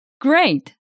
Great